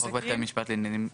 לחוק בתי המשפט לעניינים?